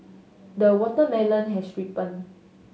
the watermelon has ripened